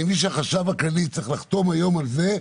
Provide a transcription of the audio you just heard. אני מבין שהחשב הכללי צריך לחתום היום על זה,